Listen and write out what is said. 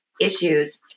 issues